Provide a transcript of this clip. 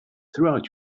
throughout